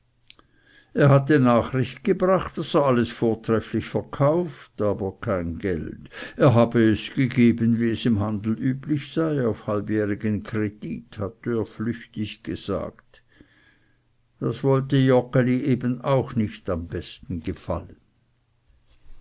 er hatte nachricht gebracht daß er alles vortrefflich verkauft aber kein geld er habe es gegeben wie es im handel üblich sei auf halbjährigen kredit hatte er flüchtig gesagt das wollte joggeli eben auch nicht am besten gefallen